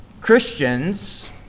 Christians